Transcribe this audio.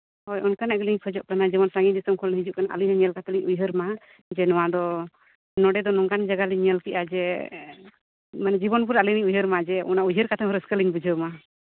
ᱦᱳᱭ ᱚᱱᱠᱟᱱᱟᱜ ᱜᱮᱞᱤᱧ ᱠᱷᱚᱡᱚᱜ ᱠᱟᱱᱟ ᱡᱰᱮᱢᱚᱱ ᱥᱟᱺᱜᱤᱧ ᱫᱤᱥᱚᱢ ᱠᱷᱚᱱᱞᱤᱧ ᱦᱤᱡᱩᱜ ᱠᱟᱱ ᱟᱹᱞᱤᱧ ᱦᱚᱸ ᱧᱮᱞ ᱠᱟᱛᱮᱫ ᱞᱤᱧ ᱩᱭᱦᱟᱹᱨ ᱢᱟ ᱡᱮ ᱱᱚᱣᱟ ᱫᱚ ᱱᱚᱸᱰᱮ ᱫᱚ ᱱᱚᱝᱠᱟᱱ ᱡᱟᱭᱜᱟ ᱞᱤᱧ ᱧᱮᱞ ᱠᱮᱜᱼᱟ ᱡᱮ ᱢᱟᱱᱮ ᱡᱤᱵᱚᱱ ᱵᱷᱳᱨ ᱟᱞᱤᱧ ᱞᱤᱧ ᱩᱭᱦᱟᱹᱨ ᱢᱟ ᱡᱮ ᱚᱱᱟ ᱩᱭᱦᱟᱹᱨ ᱠᱟᱛᱮᱫ ᱦᱚᱸ ᱨᱟᱹᱥᱠᱟᱹᱞᱤᱧ ᱵᱩᱡᱷᱟᱹᱣ ᱢᱟ